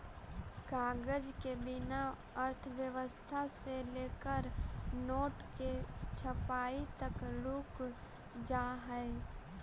कागज के बिना अर्थव्यवस्था से लेकर नोट के छपाई तक रुक जा हई